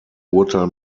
urteil